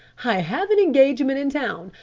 i have an engagement in town,